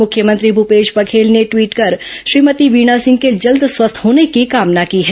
मुख्यमंत्री भूपेश बघेल ने ट्वीट कर श्रीमती वीणा सिंह के जल्द स्वस्थ होने की कामना की है